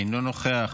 אינו נוכח,